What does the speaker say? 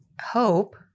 hope